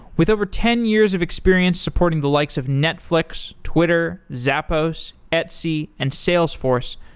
with over ten years of experience supporting the likes of netflix, twitter, zappos, etsy, and salesforce,